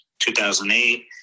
2008